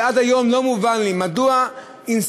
זה עד היום לא מובן לי: מדוע אינסטלטור,